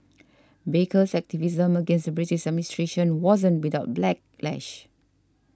baker's activism against the British administration wasn't without backlash